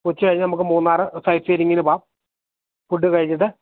ഉച്ച കഴിഞ്ഞ് നമുക്കു മൂന്നാറില് സൈറ്റ് സീയിങിനു പോകാം ഫുഡ് കഴിഞ്ഞിട്ട്